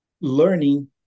learning